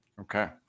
okay